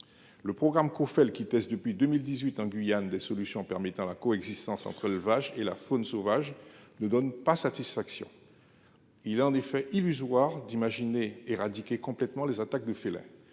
le cadre duquel sont testées depuis 2018 en Guyane des solutions permettant la coexistence entre l’élevage et la faune sauvage, ne donne pas satisfaction. Il est illusoire d’imaginer éradiquer complètement les attaques de félins.